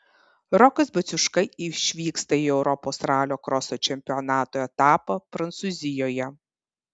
rokas baciuška išvyksta į europos ralio kroso čempionato etapą prancūzijoje